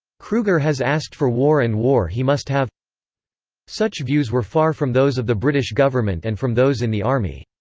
kruger has asked for war and war he must have such views were far from those of the british government and from those in the army.